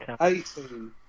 eighteen